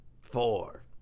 Four